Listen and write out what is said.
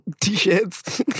T-shirts